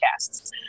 podcasts